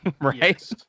right